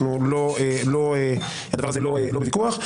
הדבר הזה לא בוויכוח.